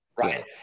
Right